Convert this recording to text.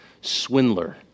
swindler